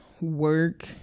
Work